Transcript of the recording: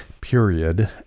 period